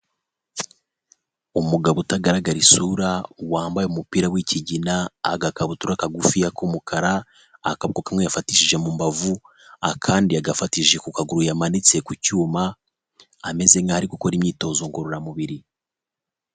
Umugabo utagaragara isura wambaye umupira w'ikigina, agakabutura kagufiya k'umukara, akaboko kamwe yafatishije mu mbavu, akandi yagafatishije ku kaguru yamanitse ku cyuma ameze nkaho ari gukora imyitozo ngororamubiri.